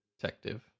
detective